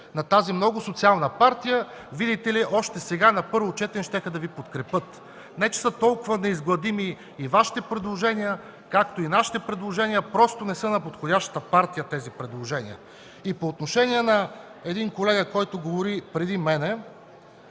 на тази много социална партия, видите ли, още сега, на първо четене щяха да Ви подкрепят. Не че са толкова неизгладими и Вашите, както и нашите предложения – просто не са на подходящата партия. По отношение на един колега, който говори преди мен